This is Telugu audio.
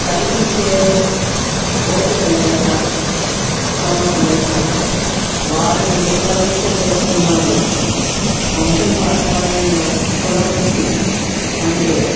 చదివించే ఓపిక లేక స్థోమత లేక వాళ్ళు ఏ పని అయితే చేస్తున్నారో వంశ పారంపర్యంగా కులవృత్తి అంటే